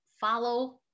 follow